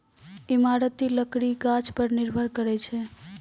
इमारती लकड़ी गाछ पर निर्भर करै छै